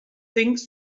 things